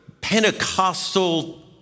Pentecostal